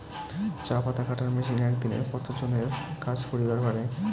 চা পাতা কাটার মেশিন এক দিনে কতজন এর কাজ করিবার পারে?